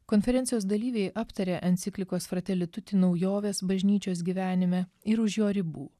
konferencijos dalyviai aptarė enciklikos frateli tuti naujoves bažnyčios gyvenime ir už jo ribų